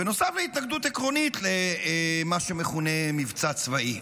נוסף להתנגדות עקרונית למה שמכונה מבצע צבאי,